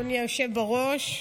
אדוני היושב בראש.